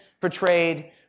portrayed